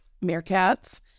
meerkats